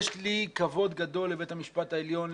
יש לי כבוד גדול לבית המשפט העליון,